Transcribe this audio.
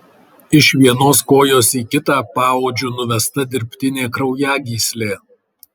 iš vienos kojos į kitą paodžiu nuvesta dirbtinė kraujagyslė